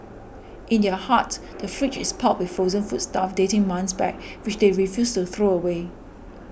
in their hut the fridge is piled with frozen foodstuff dating months back which they refuse to throw away